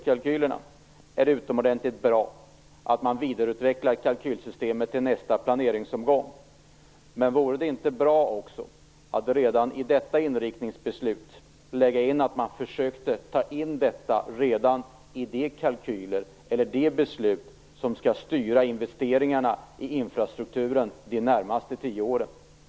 Det är utomordentligt bra att kalkylsystemet vidareutvecklas till nästa planeringsomgång, men vore det inte bra att redan i detta inriktningsbeslut lägga in också de beslut som skall styra investeringarna i infrastrukturen de närmaste tio åren?